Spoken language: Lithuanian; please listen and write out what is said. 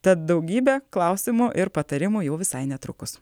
tad daugybė klausimų ir patarimų jau visai netrukus